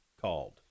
called